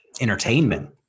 entertainment